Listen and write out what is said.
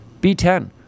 B10